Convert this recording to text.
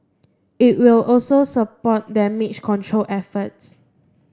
it will also support damage control efforts